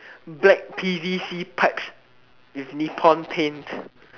black p_v_c pipes with nippon paint